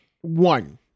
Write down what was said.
one